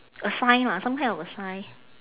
a sign lah some kind of a sign